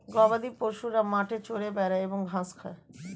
গবাদিপশুরা মাঠে চরে বেড়ায় এবং ঘাস খায়